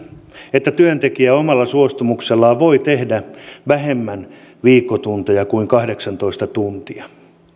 että työntekijä omalla suostumuksellaan voi tehdä viikkotunteja vähemmän kuin kahdeksantoista tuntia